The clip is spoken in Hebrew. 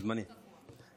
יהיה קבוע.